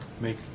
make